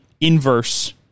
inverse